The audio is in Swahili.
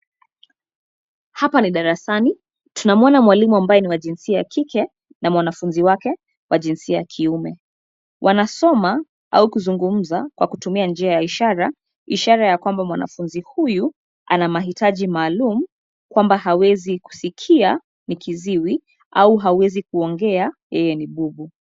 Hapa ni darasani, tunamuona mwalimu ambaye ni wa jinsia ya kike na mwanafunzi wake wa jinsia ya kiume. Wanasoma au kuzungumza kwa kutumia njia ya ishara, ishara ya kwamba mwanafunzi huyu ana mahitaji maalum, kwamba hawezi kusikia ni kiziwi au hauwezi kuongea, yeye ni bubu.